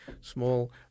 small